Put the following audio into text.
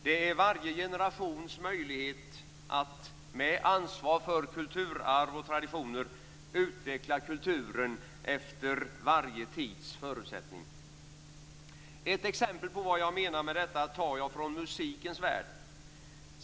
Det är varje generations möjlighet att - med ansvar för kulturarv och traditioner - utveckla kulturen efter varje tids förutsättning. Ett exempel på vad jag menar med detta tar jag från musikens värld.